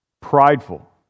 prideful